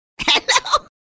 Hello